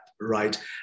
right